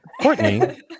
Courtney